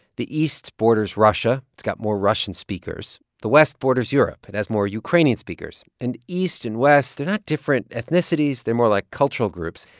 the east borders russia. it's got more russian speakers. the west borders europe. it has more ukrainian speakers. and east and west they're not different ethnicities. they're more like cultural groups.